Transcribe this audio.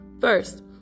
First